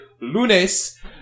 lunes